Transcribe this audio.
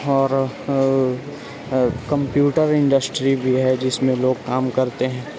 اور computer industry بھی ہے جس میں لوگ کام کرتے ہیں